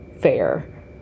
fair